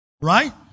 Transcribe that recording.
Right